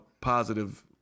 positive